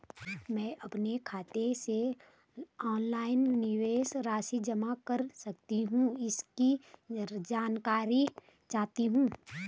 मैं अपने खाते से ऑनलाइन निवेश राशि जमा कर सकती हूँ इसकी जानकारी चाहिए?